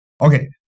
Okay